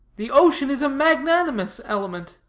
the ocean is a magnanimous element,